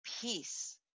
peace